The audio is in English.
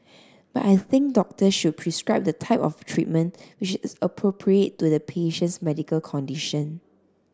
but I think doctors should prescribe the type of treatment which is appropriate to the patient's medical condition